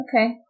Okay